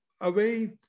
away